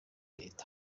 leta